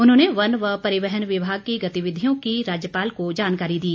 उन्होंने वन व परिवहन विभाग की गतिविधियों की राज्यपाल को जानकारी दी